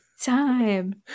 time